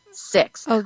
Six